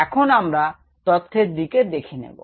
এখন আমরা তথ্যের দিকে দেখে নেব